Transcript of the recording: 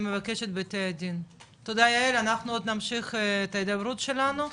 אנחנו עוד נמשיך את ההדברות שלנו,